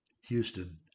Houston